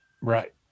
Right